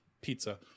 pizza